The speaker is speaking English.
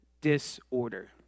disorder